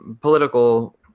political